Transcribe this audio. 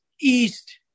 East